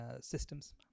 systems